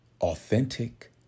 authentic